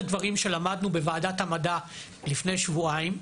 אחד הדברים שלמדנו בוועדת המדע לפני שבועיים,